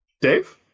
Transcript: Dave